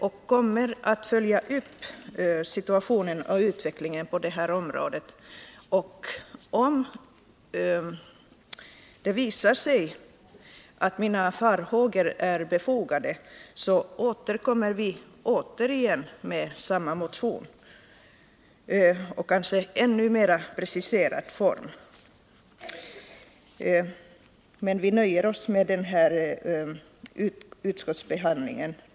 Jag kommer därför att följa upp utvecklingen på det området, och om det visar sig att mina farhågor är befogade, återkommer vi med samma motion — då kanske i ännu mera preciserad form — men vi nöjer oss den här gången med utskottsbehandlingen.